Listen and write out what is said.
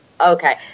okay